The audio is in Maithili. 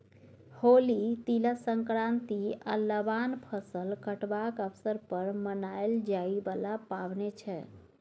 होली, तिला संक्रांति आ लबान फसल कटबाक अबसर पर मनाएल जाइ बला पाबैन छै